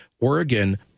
Oregon